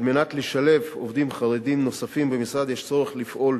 על מנת לשלב עובדים חרדים נוספים במשרד יש צורך לפעול